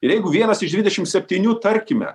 ir jeigu vienas iš dvidešim septynių tarkime